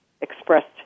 expressed